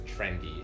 trendy